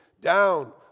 down